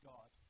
God